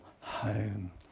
home